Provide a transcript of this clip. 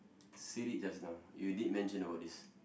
said it just now you did mention about this